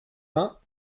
vingts